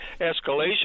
escalation